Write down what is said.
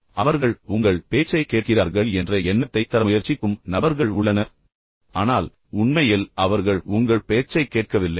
எனவே அவர்கள் உங்கள் பேச்சைக் கேட்கிறார்கள் என்ற எண்ணத்தை உங்களுக்குத் தர முயற்சிக்கும் நபர்கள் உள்ளனர் ஆனால் உண்மையில் அவர்கள் உங்கள் பேச்சைக் கேட்கவில்லை